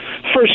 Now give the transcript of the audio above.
First